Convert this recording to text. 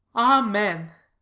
amen.